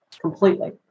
completely